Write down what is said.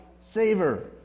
saver